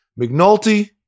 McNulty